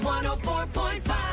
104.5